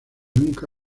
nunca